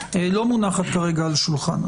מונחת על השולחן.